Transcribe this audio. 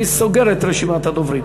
אני סוגר את רשימת הדוברים.